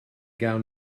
gawn